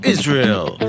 Israel